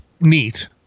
neat